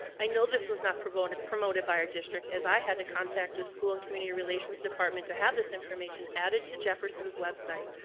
i know this was not promoted promoted by our district, as i had to contact the school and community relations department to have this information added to jefferson's website,